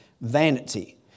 vanity